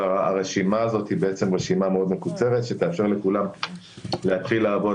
הרשימה תאפשר לכולם להתחיל לעבוד,